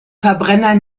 verbrenner